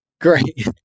Great